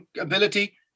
ability